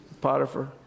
Potiphar